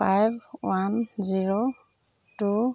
five one zero two